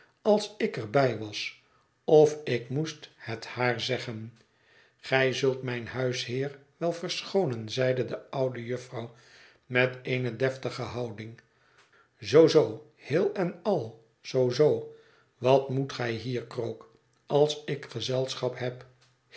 als ik er bij was of ik moest het haar zeggen gij zult mijn huisheer wel verschoonen zeide de oude jufvrouw met eene deftige houding zoo zoo heel en al zoo zoo wat moet gij hier krook als ik gezelschap heb